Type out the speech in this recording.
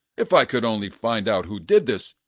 if i could only find out who did this,